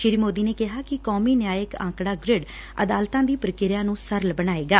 ਸ੍ਰੀ ਮੋਦੀ ਨੇ ਕਿਹਾ ਕਿ ਕੋਮੀ ਨਿਆਇਕ ਅੰਕਤਾ ਗ੍ਰਿਡ ਅਦਾਲਤਾਂ ਦੀ ਪ੍ਰੀਕ੍ਆ ਨੂੰ ਸਰਲ ਬਣਾਏਗਾ